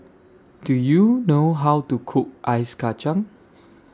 Do YOU know How to Cook Ice Kachang